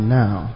now